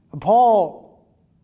Paul